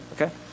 okay